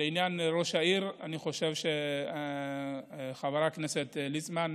לעניין ראש העירייה, אני חושב, חבר הכנסת ליצמן,